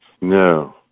No